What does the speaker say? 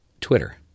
Twitter